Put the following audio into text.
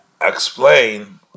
explain